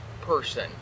person